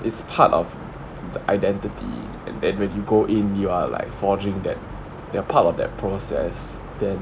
it's part of the identity and then when you go in you are like forging that they are part of that process then